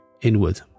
inward